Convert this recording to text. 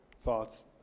thoughts